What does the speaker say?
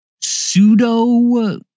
pseudo